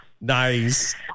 Nice